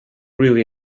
really